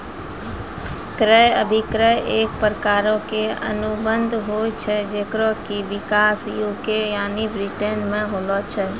क्रय अभिक्रय एक प्रकारो के अनुबंध होय छै जेकरो कि विकास यू.के यानि ब्रिटेनो मे होलो छै